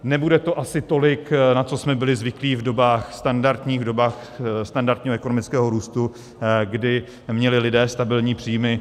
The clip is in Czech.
Nebude to asi tolik, na co jsme byli zvyklí v dobách standardních, v dobách standardního ekonomického růstu, kdy měli lidé stabilní příjmy.